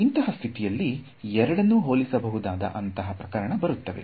ಇಂತಹ ಸ್ಥಿತಿಯಲ್ಲಿ ಎರಡನ್ನು ಹೋಲಿಸಬಹುದಾದ ಅಂತಹ ಪ್ರಕರಣ ಬರುತ್ತದೆ